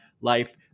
life